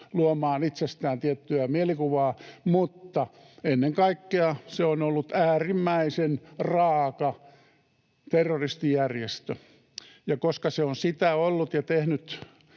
luomaan itsestään tiettyä mielikuvaa, mutta ennen kaikkea se on ollut äärimmäisen raaka terroristijärjestö, ja koska se on sitä ollut ja tehnyt